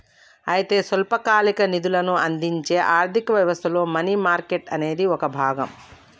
అయితే స్వల్పకాలిక నిధులను అందించే ఆర్థిక వ్యవస్థలో మనీ మార్కెట్ అనేది ఒక భాగం